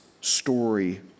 story